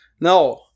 no